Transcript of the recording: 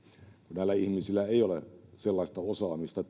näillä ihmisillä tyypillisesti ei ole sellaista osaamista